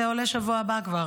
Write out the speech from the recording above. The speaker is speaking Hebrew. זה עולה כבר שבוע הבא.